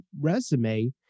resume